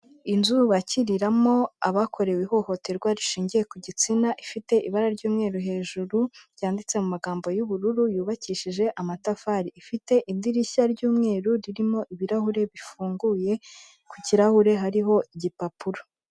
Inzu bakiriramo abakorewe ihohoterwa rishingiye ku gitsina ifite ibara ry'umweru hejuru, ryanditse mu magambo y'ubururu, yubakishije amatafari, ifite idirishya ry'umweru ririmo ibirahuri bifunguye, ku kirahure hariho igipapuro.